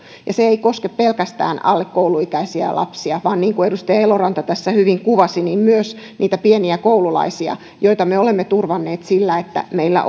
ja se ei koske pelkästään alle kouluikäisiä lapsia vaan niin kuin edustaja eloranta tässä hyvin kuvasi myös niitä pieniä koululaisia joita me olemme turvanneet sillä että meillä